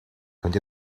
könnt